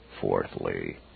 Fourthly